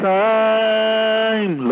time